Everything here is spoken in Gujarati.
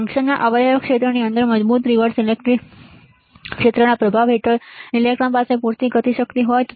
જંકશનના અવક્ષય ક્ષેત્રની અંદર મજબૂત રિવર્સ ઈલેક્ટ્રી ક્ષેત્રના પ્રભાવ હેઠળ ઈલેક્ટ્રોન પાસે પૂરતી ગતિશક્તિ હોય છે